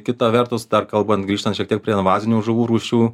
kita vertus dar kalbant grįžtant šiek tiek prie invazinių žuvų rūšių